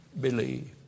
believe